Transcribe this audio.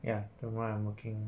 ya tomorrow I'm working